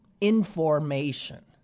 information